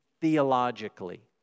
theologically